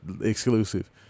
exclusive